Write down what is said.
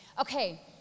Okay